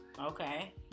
okay